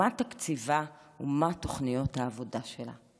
מה תקציבה ומהן תוכניות העבודה שלה?